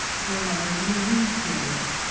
to leonardo's milanese period,